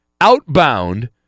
outbound